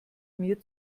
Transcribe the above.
mir